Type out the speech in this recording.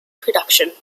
production